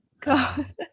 God